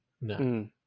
No